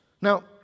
Now